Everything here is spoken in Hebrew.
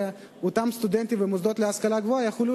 ואותם סטודנטים ומוסדות להשכלה גבוהה יוכלו